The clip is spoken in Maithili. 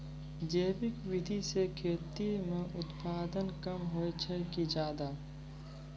जैविक विधि से खेती म उत्पादन कम होय छै कि ज्यादा?